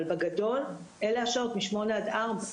אבל בגדול אלה השעות, מ-8:00 עד 16:00,